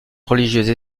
religieuse